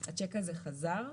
השיק הזה חזר,